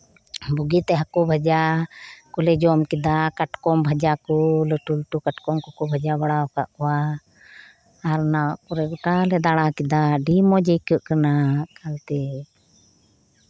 ᱵᱩᱜᱤᱛᱮ ᱦᱟᱹᱠᱩ ᱵᱷᱟᱡᱟ ᱠᱚᱞᱮ ᱡᱚᱢ ᱠᱮᱫᱟ ᱠᱟᱴᱠᱚᱢ ᱵᱷᱟᱡᱟ ᱠᱚ ᱞᱟᱹᱴᱩ ᱞᱟᱹᱴᱩ ᱠᱟᱴᱠᱚᱢ ᱠᱚᱠᱚ ᱵᱷᱟᱡᱟ ᱵᱟᱲᱟᱣ ᱟᱠᱟᱫ ᱠᱚᱣᱟ ᱟᱨ ᱚᱱᱟ ᱠᱚᱨᱮ ᱜᱳᱴᱟᱞᱮ ᱫᱟᱬᱟ ᱠᱮᱫᱟ ᱟᱹᱰᱤ ᱢᱚᱡᱽ ᱟᱹᱭᱠᱟᱹᱜ ᱠᱟᱱᱟ ᱮᱠᱟᱞᱛᱮ